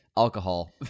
Alcohol